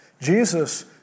Jesus